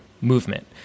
movement